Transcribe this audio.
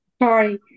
Sorry